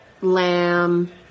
lamb